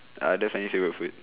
I don't have any favourite food